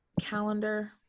calendar